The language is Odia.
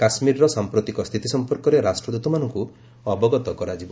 କାଶ୍ମୀରର ସଂପ୍ରତିକ ସ୍ଥିତି ସଂପର୍କରେ ରାଷ୍ଟ୍ରଦୂତମାନଙ୍କୁ ଅବଗତ କରାଯିବ